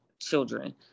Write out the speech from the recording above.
children